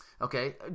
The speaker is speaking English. Okay